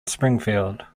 springfield